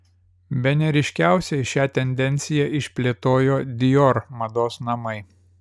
bene ryškiausiai šią tendenciją išplėtojo dior mados namai